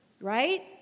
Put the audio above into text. Right